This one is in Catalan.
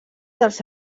dels